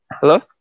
Hello